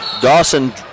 Dawson